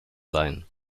sein